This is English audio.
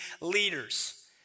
leaders